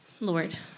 Lord